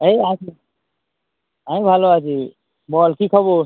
এই আছি আমি ভালো আছি বল কী খবর